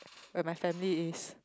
where my family is